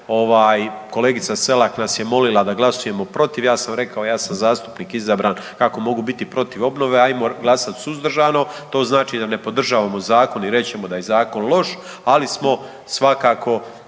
kolegica Selak nas je molila da glasujemo protiv, ja sam rekao ja sam zastupnik izabran kako mogu biti protiv obnove, ajmo glasat suzdržano, to znači da ne podržavamo zakon i reći ćemo da je zakon loš, ali smo svakako